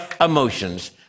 emotions